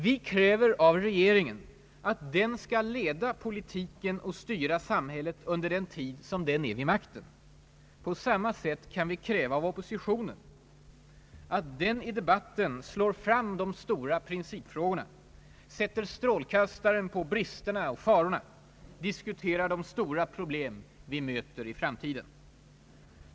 Vi kräver av regeringen att den skall leda politiken och styra samhället under den tid som den är vid makten. På samma sätt kan vi kräva av oppositionen att den i debatten slår fram de stora principfrågorna, sätter strålkastaren på bristerna och farorna, diskuterar de stora problemen vi möter i framtiden.